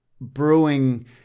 brewing